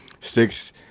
Six